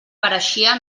pareixia